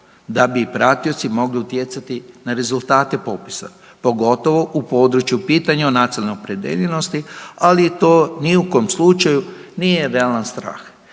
da bi pratioci mogli utjecati na rezultate popisa pogotovo u području pitanja o nacionalnoj opredijeljenosti ali to ni u kom slučaju nije realan strah.